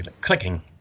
clicking